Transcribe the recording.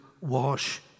wash